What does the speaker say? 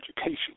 education